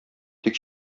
тик